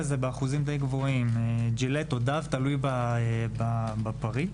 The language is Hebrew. --- תלוי בפריט.